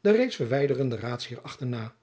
den reeds verwijderden raadsheer achterna